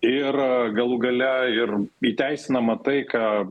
ir galų gale ir įteisinama tai ką